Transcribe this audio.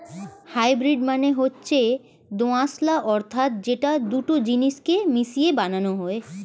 hybrid মানে হচ্ছে দোআঁশলা অর্থাৎ যেটা দুটো জিনিস কে মিশিয়ে বানানো হয়